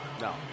No